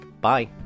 Bye